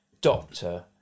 doctor